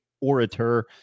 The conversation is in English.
orator